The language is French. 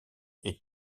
est